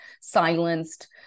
silenced